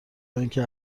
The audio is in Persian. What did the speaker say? شدندکه